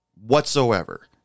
whatsoever